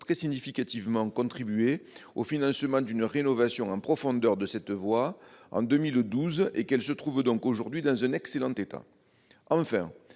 très significativement contribué au financement d'une rénovation en profondeur de cette voie en 2012 et que celle-ci se trouve donc aujourd'hui dans un excellent état. Enfin,